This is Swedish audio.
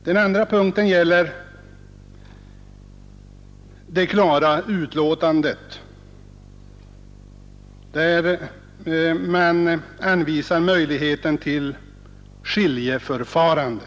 Den andra punkten gäller det klara uttalande i vilket utskottet anvisar möjligheten till skiljedomsförfarande.